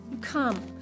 Come